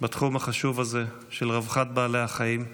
בתחום החשוב הזה של רווחת בעלי החיים.